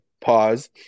Pause